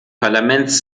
parlaments